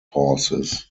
horses